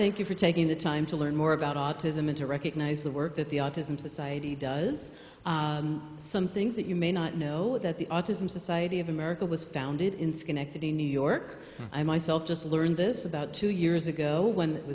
thank you for taking the time to learn more about autism and to recognize the work that the autism society does some things that you may not know that the autism society of america was founded in schenectady new york i myself just learned this about two years ago when it